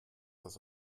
das